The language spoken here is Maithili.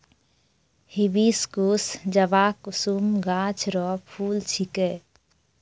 हिबिस्कुस जवाकुसुम गाछ रो फूल छिकै